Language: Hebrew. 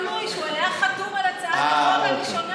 סוד גלוי שהוא היה חתום על הצעת החוק הראשונה.